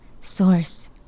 source